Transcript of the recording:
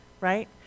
right